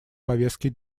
повестки